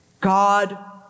God